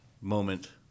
moment